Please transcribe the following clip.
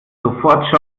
sofort